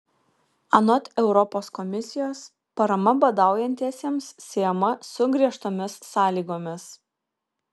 anot europos komisijos parama badaujantiesiems siejama su griežtomis sąlygomis